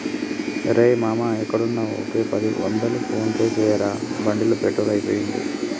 రేయ్ మామా ఎక్కడున్నా ఒక పది వందలు ఫోన్ పే చేయరా బండిలో పెట్రోల్ అయిపోయింది